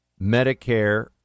Medicare